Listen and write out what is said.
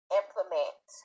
implement